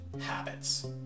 habits